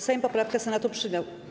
Sejm poprawkę Senatu przyjął.